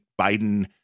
Biden